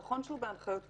שנכון שהוא בהנחיות פנימיות.